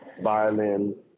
violin